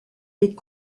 est